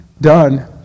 done